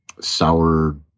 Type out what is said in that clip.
sour